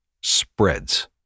spreads